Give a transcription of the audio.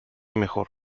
mejor